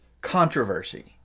controversy